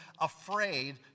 afraid